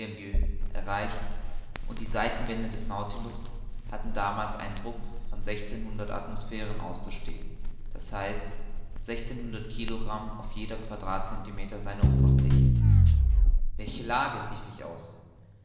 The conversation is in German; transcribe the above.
erreicht und die seitenwände des nautilus hatten damals einen druck von sechzehnhundert atmosphären auszustehen d h sechzehnhundert kilogramm auf jeden quadratcentimeter seiner oberfläche welche lage rief ich aus